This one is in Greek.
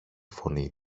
φωνή